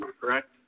correct